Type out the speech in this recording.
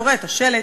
קורא את השלט,